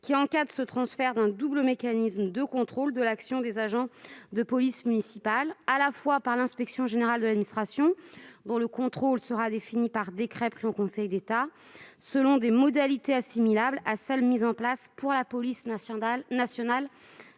barreaux, instaurant un double mécanisme de contrôle des agents de police municipale, à la fois par l'inspection générale de l'administration, dont le contrôle sera défini par décret pris en Conseil d'État selon des modalités assimilables à celles qui sont mises en place pour la police nationale et